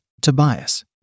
Tobias